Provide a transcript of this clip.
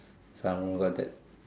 some room got that